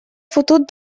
fotut